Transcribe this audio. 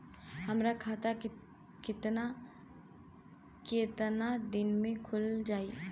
हमर खाता कितना केतना दिन में खुल जाई?